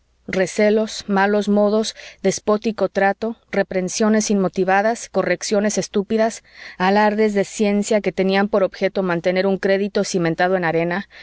recelos malos modos despótico trato reprensiones inmotivadas correcciones estúpidas alardes de ciencia que tenían por objeto mantener un crédito cimentado en arena